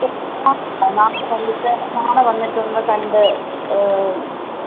ആ നാളെ വന്നിട്ട് നാളെ വന്നിട്ട് ഒന്നു കണ്ട്